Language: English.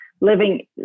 living